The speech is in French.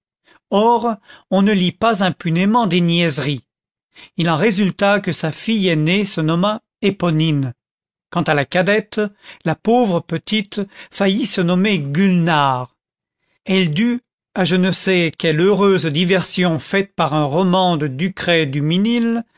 or on ne lit pas impunément des niaiseries il en résulta que sa fille aînée se nomma eponine quant à la cadette la pauvre petite faillit se nommer gulnare elle dut à je ne sais quelle heureuse diversion faite par un roman de ducray duminil